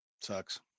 Sucks